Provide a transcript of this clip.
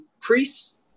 priests